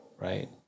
right